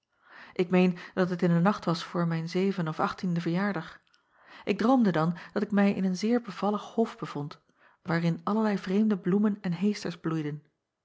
k meen dat het in de nacht was voor mijn zeven of achttienden verjaardag k droomde dan dat ik mij in een zeer bevalligen hof bevond waarin allerlei vreemde bloemen en heesters bloeiden